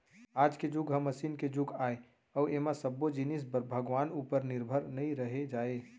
आज के जुग ह मसीन के जुग आय अउ ऐमा सब्बो जिनिस बर भगवान उपर निरभर नइ रहें जाए